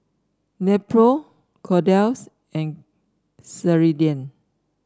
Nepro Kordel's and Ceradan